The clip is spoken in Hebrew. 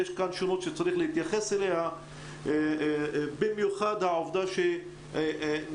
במיוחד צריך להתייחס לעובדה שמגמת